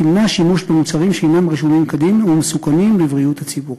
תמנע שימוש במוצרים שאינם רשומים כדין ומסוכנים לבריאות הציבור.